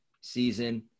season